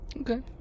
Okay